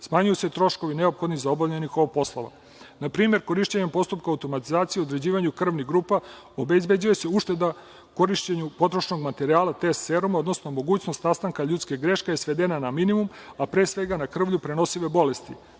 smanjuju se troškovi neophodni za obavljanje ovih poslova. Na primer, korišćenjem postupka automatizacije u određivanju krvnih grupa obezbeđuje se ušteda u korišćenju potrošnog materijala test seruma, odnosno mogućnost nastanka ljudske greške svedena je na minimum, a pre svega na krvlju prenosive bolesti.